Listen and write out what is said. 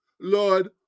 Lord